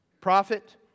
Prophet